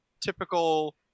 typical